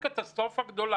תעשו קורונה.